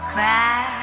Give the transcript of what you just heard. Cry